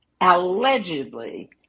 allegedly